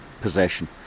possession